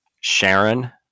Sharon